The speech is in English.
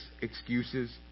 excuses